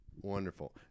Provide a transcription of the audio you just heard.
wonderful